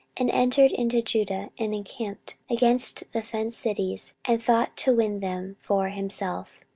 and entered into judah, and encamped against the fenced cities, and thought to win them for himself.